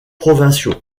provinciaux